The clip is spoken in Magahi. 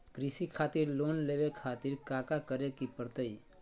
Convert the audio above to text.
कृषि खातिर लोन लेवे खातिर काका करे की परतई?